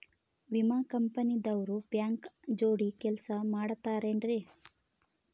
ವಿಮಾ ಕಂಪನಿ ದವ್ರು ಬ್ಯಾಂಕ ಜೋಡಿ ಕೆಲ್ಸ ಮಾಡತಾರೆನ್ರಿ?